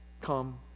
come